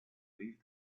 leave